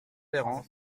véran